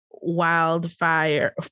Wildfire